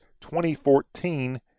2014